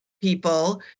people